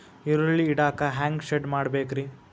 ಈರುಳ್ಳಿ ಇಡಾಕ ಹ್ಯಾಂಗ ಶೆಡ್ ಮಾಡಬೇಕ್ರೇ?